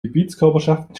gebietskörperschaften